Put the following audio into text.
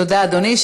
תודה, אדוני.